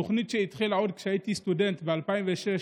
תוכנית שהתחילה עוד כשהייתי סטודנט ב-2006,